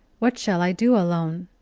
what shall i do alone.